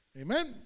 Amen